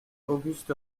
auguste